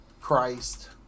Christ